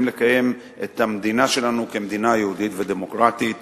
לקיים את המדינה שלנו כמדינה יהודית ודמוקרטית בארץ-ישראל.